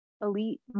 elite